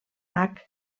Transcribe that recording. hac